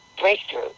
Breakthrough